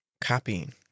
copying